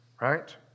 right